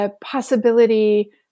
possibility